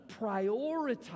prioritize